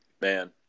man